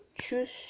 choose